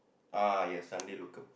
ah yes Sunday locum